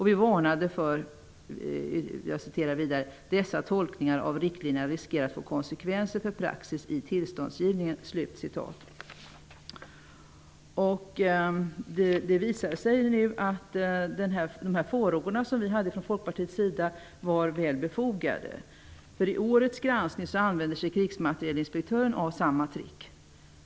Vi varnade för att ''dessa tolkningar av riktlinjerna riskerar att få konsekvenser för praxis i tillståndsgivningen''. Det visade sig att de farhågor vi hade från Folkpartiets sida var väl befogade. I årets granskning använder sig nämligen krigsmaterielinspektören av samma trick.